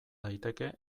daiteke